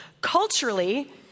Culturally